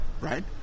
right